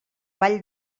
vall